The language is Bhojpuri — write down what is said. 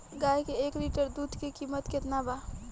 गाय के एक लिटर दूध के कीमत केतना बा?